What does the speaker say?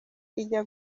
ijya